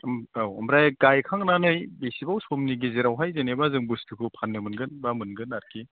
औ ओमफ्राय गायखांनानै बेसेबां समनि गेजेरावहाय जेनेबा जों बुस्थुखौ फाननो मोनगोन बा मोनगोन आरोखि